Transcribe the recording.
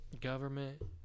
government